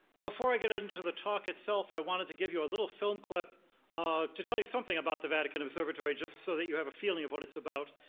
before i get into the talk itself, i wanted to give you a little film clip to tell you something about the vatican observatory just so that you have a feeling of what it's about.